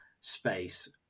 space